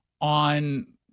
on